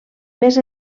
més